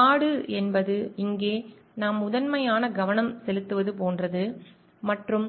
காடு என்பது இங்கே நாம் முதன்மையான கவனம் செலுத்துவது போன்றது மற்றும்